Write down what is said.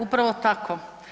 Upravo tako.